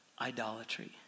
idolatry